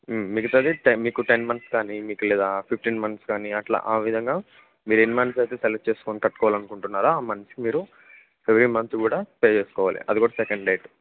మిగతాది మీకు ten months కానీ మీకు లేదా ఫిఫ్టీన్ మంత్స్ కానీ అలా ఆ విధంగా మీరు ఎన్ని మంత్స్ అయితే సెలెక్ట్ చేసుకుని కట్టుకోవాలని అనుకుంటున్నారో ఆ మంత్స్ నుంచి మీరు ఎవ్రీ మంత్ కూడా పే చేసుకోవాలి అది కూడా సెకండ్ డేట్